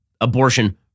abortion